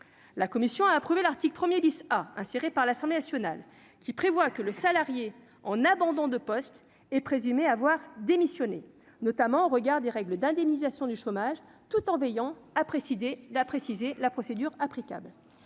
la commission a approuvé l'article 1er dix à insérer par l'Assemblée nationale qui prévoit que le salarié en abandon de poste est présumé avoir démissionné, notamment au regard des règles d'indemnisation du chômage, tout en veillant à présider, il a précisé la procédure applicable,